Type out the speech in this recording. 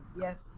Yes